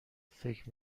فکر